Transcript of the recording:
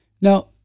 Now